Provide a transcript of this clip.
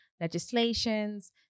legislations